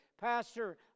Pastor